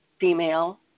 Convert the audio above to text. female